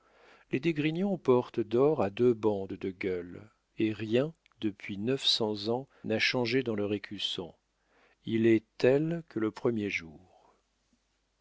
les d'esgrignon portent d'or à deux bandes de gueules et rien depuis neuf cents ans n'a changé dans leur écusson il est tel que le premier jour